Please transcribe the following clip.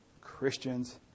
christians